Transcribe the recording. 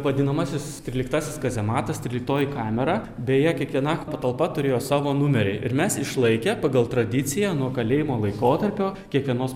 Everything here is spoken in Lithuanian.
vadinamasis tryliktasis kazematas tryliktoji kamera beje kiekviena patalpa turėjo savo numerį ir mes išlaikę pagal tradiciją nuo kalėjimo laikotarpio kiekvienos